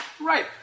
Right